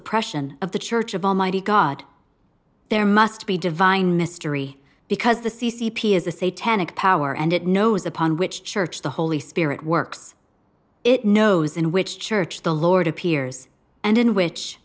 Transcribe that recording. suppression of the church of almighty god there must be divine mystery because the c c p is a say tannic power and it knows upon which church the holy spirit works it knows in which church the lord appears and in which